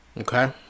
Okay